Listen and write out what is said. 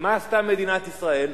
ומה עשתה מדינת ישראל?